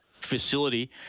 facility